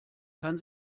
kann